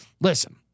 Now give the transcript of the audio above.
listen